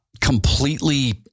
completely